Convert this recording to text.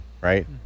right